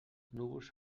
núvols